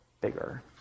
bigger